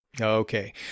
okay